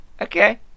Okay